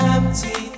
Empty